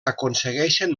aconsegueixen